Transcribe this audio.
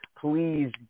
please